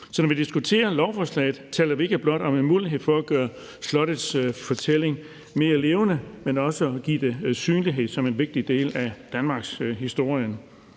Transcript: Så når vi diskuterer lovforslaget, taler vi ikke blot om en mulighed for at gøre slottets fortælling mere levende, men også om at give det synlighed som en vigtig del af danmarkshistorien.